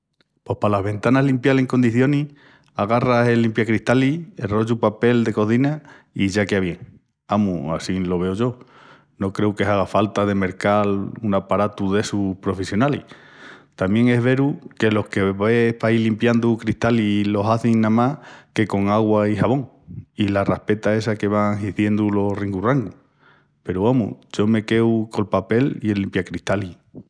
Pos palas ventanas limpial en condicionis agarras el limpiacristalis, el rollu de papel de cozina i ya quea bien, amus, assín lo veu yo. No creu que haga falta de mercal un aparatu d'essus profissionalis. Tamién es verdá que los que ves paí limpiandu cristalis lo hazin más que con agua i xabón i la raspeta essa que van hiziendu los ringurrangus peru, amus, yo me queu col papel i el limpiacristalis.